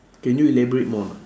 can you elaborate more